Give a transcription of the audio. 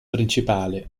principale